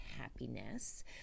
happiness